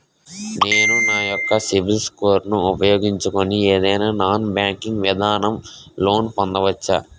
నేను నా యెక్క సిబిల్ స్కోర్ ను ఉపయోగించుకుని ఏదైనా నాన్ బ్యాంకింగ్ విధానం లొ లోన్ పొందవచ్చా?